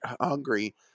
hungry